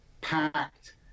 packed